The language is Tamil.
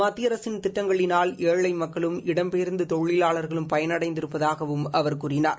மத்திய அரசின் திட்டங்களினால் ஏழை மக்களும் இடம்பெயர்ந்த தொழிலாளர்களும் பயனடைந்திருப்பதாகவும் அவர் கூறினார்